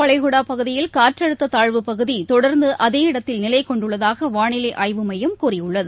வளைகுடாபகுதியில் மன்னார் காற்றழுத்ததாழ்வுப் பகுதிதொடர்ந்துஅதே இடத்தில் நிலைகொண்டுள்ளதாகவானிலைஆய்வு மையம் கூறியுள்ளது